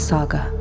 Saga